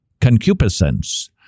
concupiscence